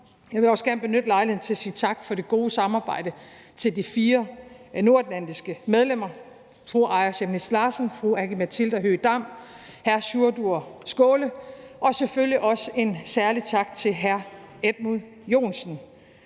jeg vil også gerne benytte lejligheden til at sige tak for det gode samarbejde til de fire nordatlantiske medlemmer, fru Aaja Chemnitz Larsen, fru Aki-Matilda Høegh-Dam, hr. Sjúrður Skaale og selvfølgelig også en særlig tak til hr. Edmund Joensen,